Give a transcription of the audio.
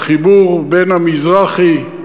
בחיבור בין "המזרחי"